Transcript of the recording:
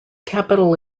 capital